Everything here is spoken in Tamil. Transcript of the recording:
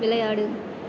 விளையாடு